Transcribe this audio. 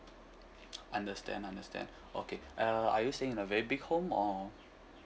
understand understand okay uh are you staying in a very big home or